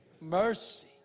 mercy